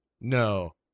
No